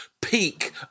peak